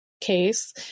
case